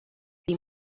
din